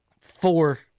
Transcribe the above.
four